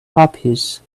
puppies